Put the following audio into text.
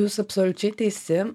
jūs absoliučiai teisi